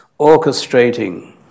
orchestrating